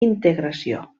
integració